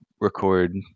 record